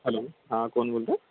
hello हां कोण बोलत आहे